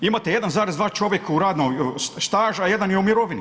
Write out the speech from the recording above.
Imate 1,2 čovjeka u radnog staža a 1 je u mirovini.